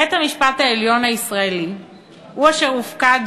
בית-המשפט העליון הישראלי הוא אשר הופקד,